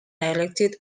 directed